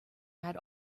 had